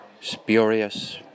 Spurious